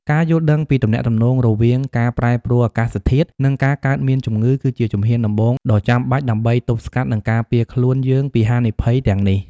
ការយល់ដឹងពីទំនាក់ទំនងរវាងការប្រែប្រួលអាកាសធាតុ និងការកើតមានជំងឺ គឺជាជំហានដំបូងដ៏ចាំបាច់ដើម្បីទប់ស្កាត់ និងការពារខ្លួនយើងពីហានិភ័យទាំងនេះ។